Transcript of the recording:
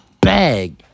bag